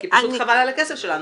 כי פשוט חבל על הכסף שלנו,